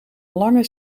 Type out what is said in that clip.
lange